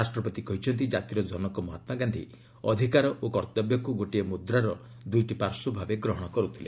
ରାଷ୍ଟ୍ରପତି କହିଛନ୍ତି ଜାତିର ଜନକ ମହାତ୍ମା ଗାନ୍ଧୀ ଅଧିକାର ଓ କର୍ତ୍ତବ୍ୟକୁ ଗୋଟିଏ ମୁଦ୍ରାର ଦୁଇଟି ପାର୍ଶ୍ୱ ଭାବେ ଗ୍ରହଣ କରୁଥିଲେ